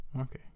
Okay